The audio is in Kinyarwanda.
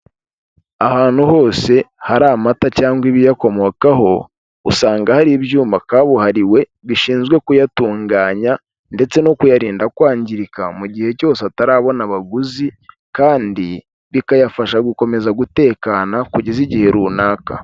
Ahantu hose, hari amata cyangwa ibiyakomokaho, usanga hari ibyuma kabuhariwe bishinzwe kuyatunganya ndetse no kuyarinda kwangirika mu gihe cyose atarabona abaguzi, kandi bikayafasha gukomeza gutekana, kugeza igihe runaka.